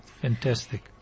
fantastic